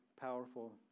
powerful